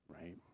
right